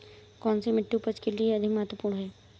कौन सी मिट्टी उपज के लिए अधिक महत्वपूर्ण है?